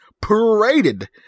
paraded